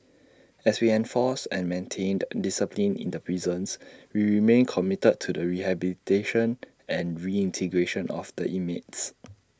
as we enforced and maintained discipline in the prisons we remain committed to the rehabilitation and reintegration of the inmates